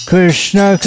Krishna